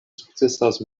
sukcesas